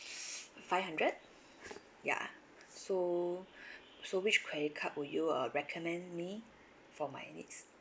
five hundred ya so so which credit card would you uh recommend me for my needs